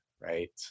right